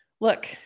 Look